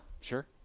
Sure